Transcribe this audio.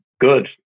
good